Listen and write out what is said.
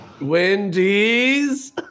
Wendy's